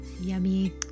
Yummy